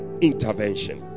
Intervention